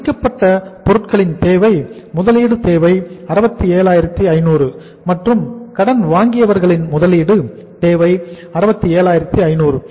முடிக்கப்பட்ட பொருட்களின் தேவை முதலீடு தேவை 67500 மற்றும் கடன் வாங்கியவர்களின் முதலீடு தேவை 67500